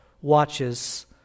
watches